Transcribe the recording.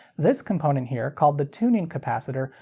this component here, called the tuning capacitor,